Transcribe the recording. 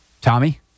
Tommy